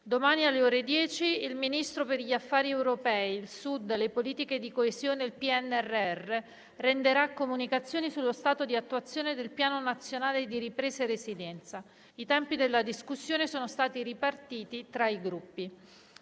Domani, alle ore 10, il Ministro per gli affari europei, il Sud, le politiche di coesione e il PNRR renderà comunicazioni sullo stato di attuazione del Piano nazionale di ripresa e resilienza. I tempi della discussione sono stati ripartiti tra i Gruppi.